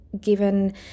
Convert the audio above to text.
given